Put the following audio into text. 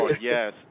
Yes